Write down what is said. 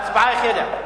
ההצבעה החלה.